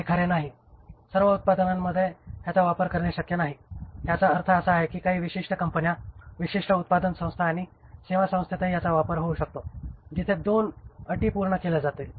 हे खरे नाही सर्व संस्थांमध्ये याचा वापर करणे शक्य नाही याचा अर्थ असा आहे की काही विशिष्ट कंपन्या विशिष्ट उत्पादन संस्था आणि सेवासंस्थेतही याचा वापर होऊ शकतो जिथे दोन अटी पूर्ण केल्या जातात